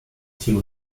theo